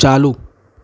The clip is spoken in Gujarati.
ચાલું